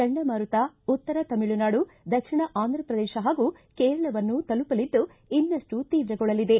ಚಂಡಮಾರುತ ಉತ್ತರ ತಮಿಳುನಾಡು ದಕ್ಷಿಣ ಆಂಧ್ರ ಪ್ರದೇಶ ಹಾಗೂ ಕೇರಳವನ್ನು ತಲುಪಲಿದ್ದು ಇನ್ನಷ್ಟು ತೀವ್ರಗೊಳ್ಳಲಿದೆ